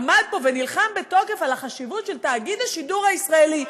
עמד פה ונלחם בתוקף על החשיבות של תאגיד השידור הישראלי.